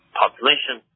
population